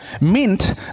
meant